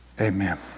Amen